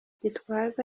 gitwaza